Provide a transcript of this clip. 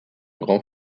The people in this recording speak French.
grand